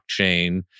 blockchain